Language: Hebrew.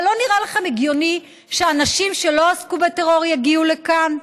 אבל לא נראה לכם הגיוני שאנשים שלא עסקו בטרור יגיעו לכאן?